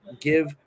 give